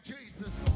Jesus